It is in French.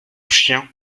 chien